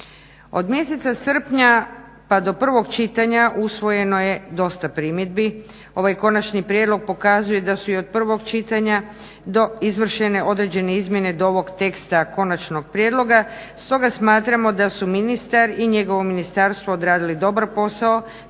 Od mjeseca srpnja pa do prvog čitanja usvojeno je dosta primjedbi. Ovaj konačni prijedlog pokazuje da su i od prvog čitanja do izvršene određene izmjene do ovog teksta konačnog prijedloga, stoga smatramo da su ministar i njegovo Ministarstvo odradili dobar posao